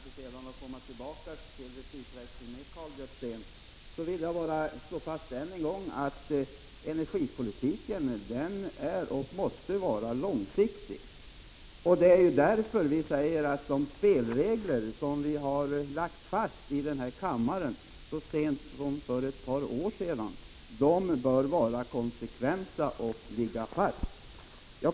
Herr talman! Jag vill än en gång slå fast att energipolitiken är och måste vara långsiktig. Därför bör de spelregler som fastlades i denna kammare så sent som för ett par år sedan vara konsekventa och ligga fast.